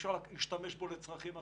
אי-אפשר להשתמש בו לצרכים אחרים.